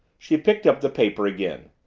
she picked up the paper again.